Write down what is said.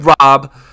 Rob